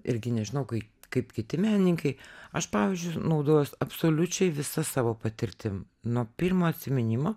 irgi nežinau kai kaip kiti menininkai aš pavyzdžiui naudojuos absoliučiai visa savo patirtim nuo pirmo atsiminimo